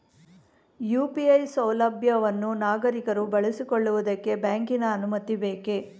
UPI ಸೌಲಭ್ಯವನ್ನು ನಾಗರಿಕರು ಬಳಸಿಕೊಳ್ಳುವುದಕ್ಕೆ ಬ್ಯಾಂಕಿನ ಅನುಮತಿ ಬೇಕೇ?